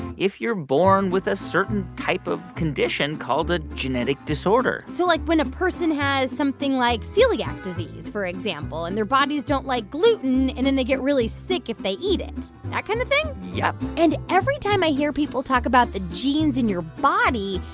if you're born with a certain type of condition called a genetic disorder so like when a person has something like celiac disease, for example, and their bodies don't like gluten, and they get really sick if they eat it that kind of thing? yep and every time i hear people talk about the genes in your body,